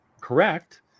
correct